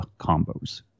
combos